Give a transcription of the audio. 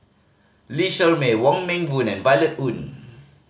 Lee Shermay Wong Meng Voon and Violet Oon